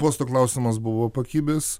posto klausimas buvo pakibęs